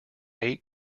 eight